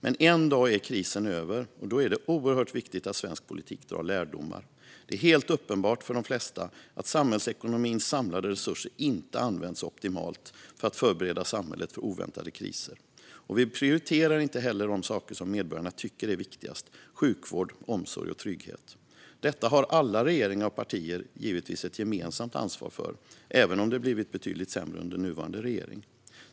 Men en dag är krisen över, och då är det oerhört viktigt att svensk politik drar lärdomar. Det är helt uppenbart för de flesta att samhällsekonomins samlade resurser inte använts optimalt för att förbereda samhället för oväntade kriser. Vi prioriterar inte heller de saker som medborgarna tycker är viktigast - sjukvård, omsorg och trygghet. Detta har givetvis alla regeringar och partier ett gemensamt ansvar för, även om det blivit betydligt sämre under nuvarande regering.